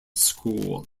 school